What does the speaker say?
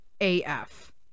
AF